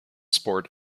sport